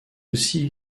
aussi